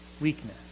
weakness